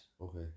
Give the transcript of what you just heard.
Okay